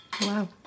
Wow